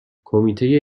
کمیته